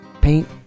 Paint